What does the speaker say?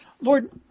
Lord